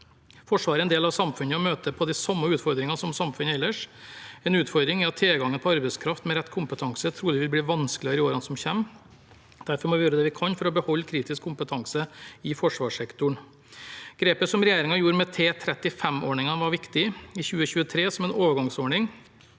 Forsvaret er en del av samfunnet og møter på de samme utfordringene som samfunnet ellers. En utfordring er at tilgangen på arbeidskraft med rett kompetanse trolig vil bli vanskeligere i årene som kommer, og derfor må vi gjøre det vi kan for å beholde kritisk kompetanse i forsvarssektoren. Grepet som regjeringen gjorde med T35-ordningen, var viktig. I 2023, som en overgangsordning,